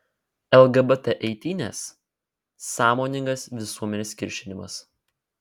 lgbt eitynės sąmoningas visuomenės kiršinimas